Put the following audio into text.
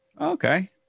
Okay